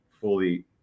fully